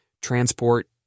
transport